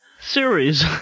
series